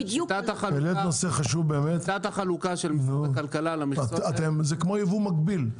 שיטת החלוקה של משרד הכלכלה למכסות האלה --- זה כמו ייבוא מקביל,